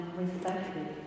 respected